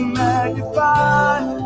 magnified